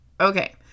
Okay